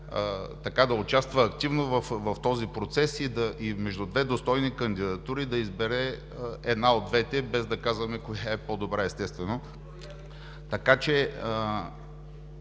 – да участва активно в този процес и между две достойни кандидатури да избере една от двете, без да казваме коя е по-добра, естествено.